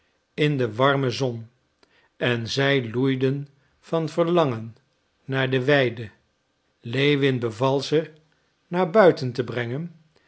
in de warme zon en zij loeiden van verlangen naar de weide lewin beval ze naar buiten te brengen